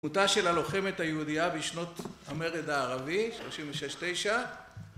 מותה של הלוחמת היהודייה בשנות המרד הערבי, 36 9